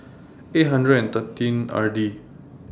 eight hundred and thirteen R D